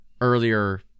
earlier